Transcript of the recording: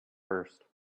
first